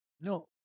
No